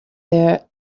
their